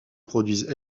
produisent